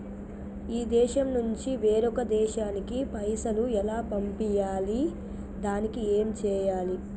ఈ దేశం నుంచి వేరొక దేశానికి పైసలు ఎలా పంపియ్యాలి? దానికి ఏం చేయాలి?